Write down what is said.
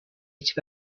هیچ